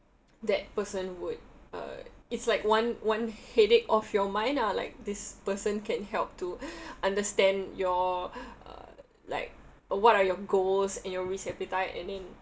that person would uh it's like one one headache off your mind lah like this person can help to understand your uh like uh what are your goals and your risk appetite and then